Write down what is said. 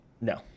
No